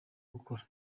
gukora